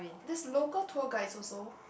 there's local tour guides also